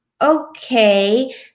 okay